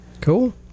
cool